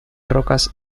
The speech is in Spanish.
rocas